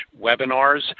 webinars